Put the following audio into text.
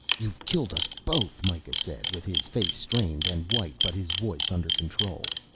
you've killed us both, mikah said with his face strained and white but his voice under control.